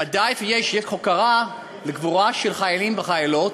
ודאי שיש הוקרה לגבורה של חיילים וחיילות.